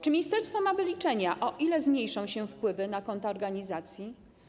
Czy ministerstwo ma wyliczenia, o ile zmniejszą się wpływy na konta organizacji?